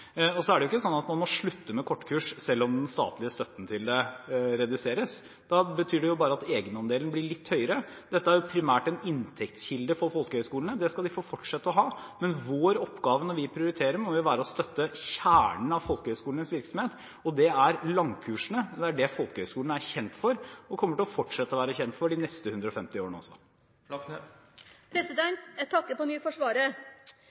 det er ikke slik at man må slutte med kortkurs selv om den statlige støtten til dem reduseres. Det betyr bare at egenandelen blir litt høyere. Dette er primært en inntektskilde for folkehøyskolene – den skal de få fortsette å ha – men vår oppgave når vi prioriterer, må være å støtte kjernen av folkehøyskolenes virksomhet, og det er langkursene. Det er det folkehøyskolene er kjent for og kommer til å fortsette å være kjent for de neste 150 årene også. Jeg takker på nytt for svaret.